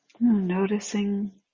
Noticing